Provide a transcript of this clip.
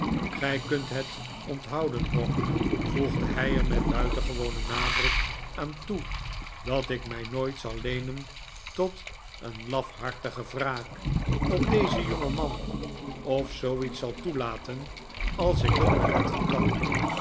gij kunt het onthouden hawk voegde hij er met buitengewonen nadruk aan toe dat ik mij nooit zal leenen tot een lafhartige wraak op dezen jongeman of zooiets zal toelaten als ik het beletten kan